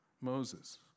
Moses